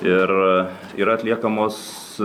ir yra atliekamos